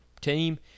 team